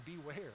beware